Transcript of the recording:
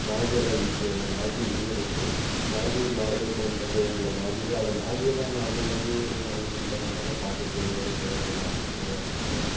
ಮ್ಯಾಗಿಯೆಲ್ಲ ಈಸಿಯಲ್ವಾ ಮ್ಯಾಗಿ ನಿಮಗೇ ಗೊತ್ತು ಮ್ಯಾಗಿ ಈಗ ಮಾಡಬೇಕು ಅಂತಂದರೆ ಏನಿಲ್ಲ ಮ್ಯಾಗಿಗೆ ಆದರೆ ಮ್ಯಾಗಿಯೆಲ್ಲ ನಾರ್ಮಲ್ಲಾಗಿ ಅಂಗ್ಡಿಲ್ಲಿ ತೊಗೊಂಡಾಗ ಪ್ಯಾಕೆಟ್ಟಲ್ಲಿರೋದು ಸೇಮ್ ಅದನ್ನು ಹಾಕ್ಬುಟ್ ನೀರು ಹಾಕ್ಬುಡ್ತಾರೆ